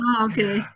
Okay